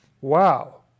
Wow